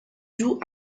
joue